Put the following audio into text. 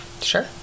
sure